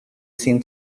seen